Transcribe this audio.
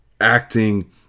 acting